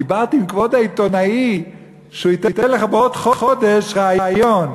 דיברתי עם כבוד העיתונאי שהוא ייתן לך בעוד חודש ריאיון,